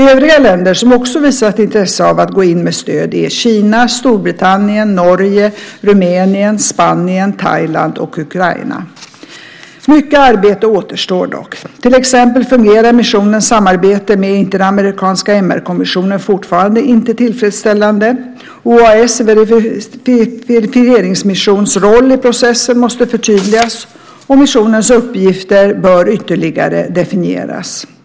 Övriga länder som också visat intresse av att gå in med stöd är Kina, Storbritannien, Norge, Rumänien, Spanien, Thailand och Ukraina. Mycket arbete återstår dock. Till exempel fungerar missionens samarbete med Interamerikanska MR-kommissionen fortfarande inte tillfredsställande. OAS verifieringsmissions roll i processen måste förtydligas, och missionens uppgifter bör ytterligare definieras.